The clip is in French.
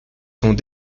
sont